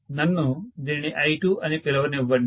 నన్ను దీనిని I2 అని పిలవన్నివ్వండి